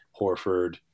Horford